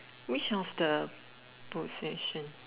which of the possession